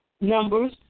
Numbers